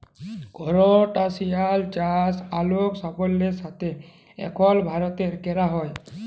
করসটাশিয়াল চাষ অলেক সাফল্যের সাথে এখল ভারতে ক্যরা হ্যয়